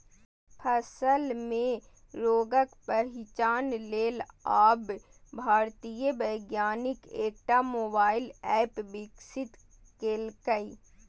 फसल मे रोगक पहिचान लेल आब भारतीय वैज्ञानिक एकटा मोबाइल एप विकसित केलकैए